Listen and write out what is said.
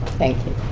thank you.